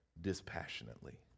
dispassionately